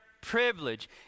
privilege